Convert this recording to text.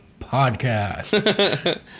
podcast